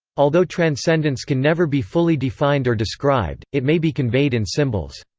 although transcendence can never be fully defined or described, it may be conveyed in symbols.